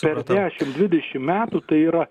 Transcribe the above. per dešim dvidešim metų tai yra